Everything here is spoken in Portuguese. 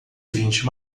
vinte